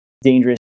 dangerous